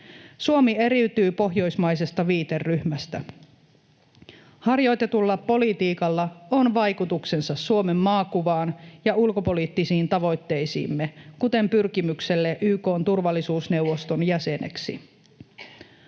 Suomi eriytyy pohjoismaisesta viiteryhmästään. Harjoitetulla politiikalla on vaikutuksensa Suomen maakuvaan ja ulkopoliittisiin tavoitteisiimme, kuten pyrkimykseen YK:n turvallisuusneuvoston jäseneksi.